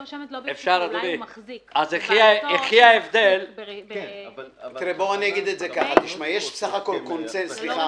גבי,